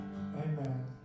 Amen